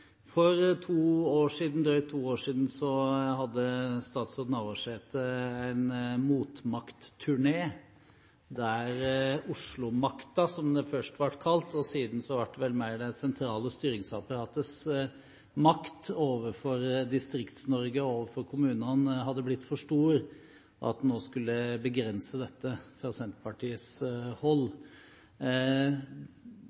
drøyt to år siden hadde statsråd Navarsete en motmaktturné, fordi Oslo-makta – som en først kalte det, og siden ble det vel mer til det sentrale styringsapparatets makt – overfor Distrikts-Norge, overfor kommunene, hadde blitt for stor, så nå skulle en begrense dette fra Senterpartiets hold.